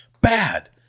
bad